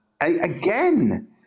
Again